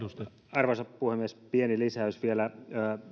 arvoisa puhemies pieni lisäys vielä